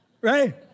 right